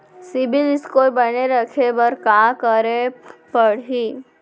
CIBIL score बने रखे बर का करे पड़ही?